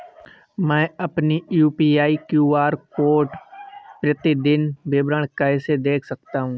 मैं अपनी UPI QR code का प्रतीदीन विवरण कैसे देख सकता हूँ?